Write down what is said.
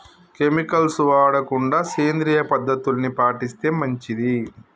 chemicals వాడకుండా సేంద్రియ పద్ధతుల్ని పాటిస్తే మంచిది